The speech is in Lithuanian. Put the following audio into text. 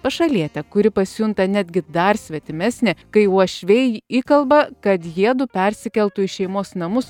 pašalietę kuri pasijunta netgi dar svetimesnė kai uošviai įkalba kad jiedu persikeltų į šeimos namus